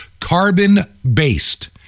carbon-based